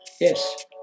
yes